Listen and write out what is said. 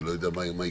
אני לא יודע מה יקרה.